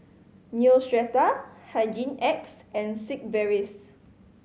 Neostrata Hygin X and Sigvaris